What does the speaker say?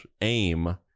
aim